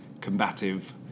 combative